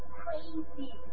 crazy